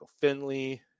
Finley